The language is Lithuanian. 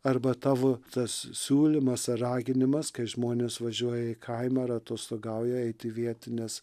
arba tavo tas siūlymas ar raginimas kai žmonės važiuoja į kaimą ar atostogauja eiti į vietines